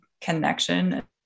connection